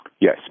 Yes